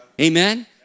amen